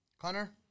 Connor